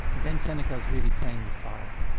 then seneca's really playing with fire.